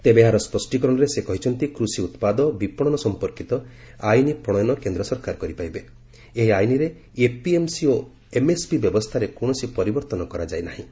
ତେବେ ଏହାର ସ୍ୱଷ୍ଟୀକରଣରେ ସରକାର କହିଛନ୍ତି କୃଷି ଉତ୍ପାଦ ଓ ଏହାର ବିପଶନ ସମ୍ପର୍କିତ ଆଇନ ପ୍ରଣୟନ କେନ୍ଦ୍ର ସରକାର କରିପାରିବେ ଏବଂ ଏହି ଆଇନରେ ଏପିଏମସି ଓ ଏମଏସପି ବ୍ୟବସ୍ଥାରେ କୌଣସି ପରିବର୍ତ୍ତନ କରାଯାଇନାହିଁ